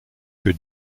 que